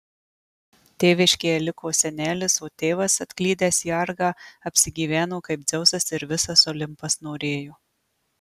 tėviškėje liko senelis o tėvas atklydęs į argą apsigyveno kaip dzeusas ir visas olimpas norėjo